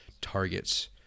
targets